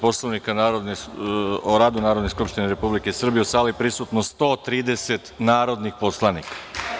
Poslovnika o radu Narodne skupštine Republike Srbije, u sali je prisutno 130 narodnih poslanika.